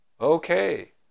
Okay